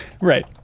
Right